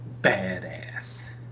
badass